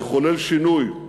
לחולל שינוי,